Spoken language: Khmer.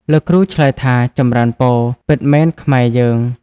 លោកគ្រូឆ្លើយថា "ចម្រើនពរ! ពិតមែនខ្មែរយើង"។